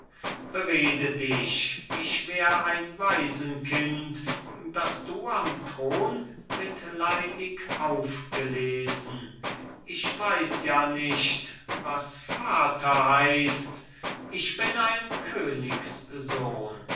berede dich ich wär ein waisenkind das du am thron mitleidig aufgelesen ich weiß ja nicht was vater heißt ich bin ein königssohn